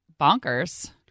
bonkers